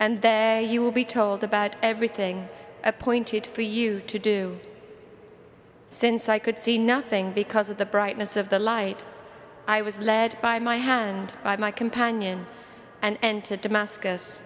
there you will be told about everything appointed for you to do since i could see nothing because of the brightness of the light i was led by my hand by my companion and to damascus